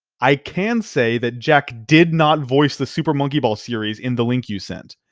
i can say that jack did not voice the super monkey ball series in the link you sent.